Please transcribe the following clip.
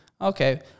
Okay